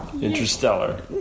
interstellar